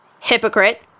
Hypocrite